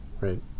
Right